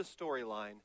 storyline